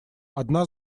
одна